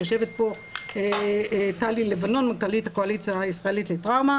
יושבת פה טלי לבנון מנכ"לית הקואליציה הישראלית לטראומה